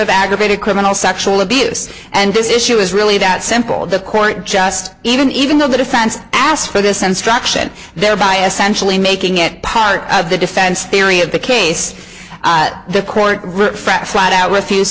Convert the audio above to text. of aggravated criminal sexual abuse and this issue is really that simple the court just even even though the defense asked for this instruction thereby essential in making it part of the defense theory of the case the court refract flat out refuse